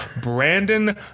Brandon